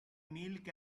milk